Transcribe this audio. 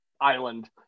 island